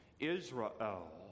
Israel